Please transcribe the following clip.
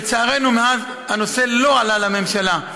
לצערנו, מאז הנושא לא עלה לממשלה.